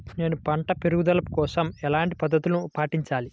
నేను పంట పెరుగుదల కోసం ఎలాంటి పద్దతులను పాటించాలి?